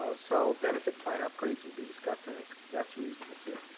ah so benefit plan upgrades will be discussed, i think that's reasonable too.